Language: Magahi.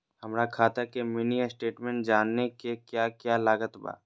हमरा खाता के मिनी स्टेटमेंट जानने के क्या क्या लागत बा?